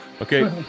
Okay